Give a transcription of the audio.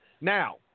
Now